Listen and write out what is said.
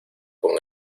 con